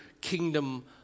kingdom